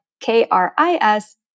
K-R-I-S